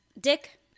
Dick